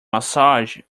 massage